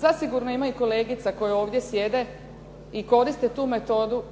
Zasigurno ima i kolegica koje ovdje sjede i koriste tu metodu